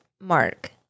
Mark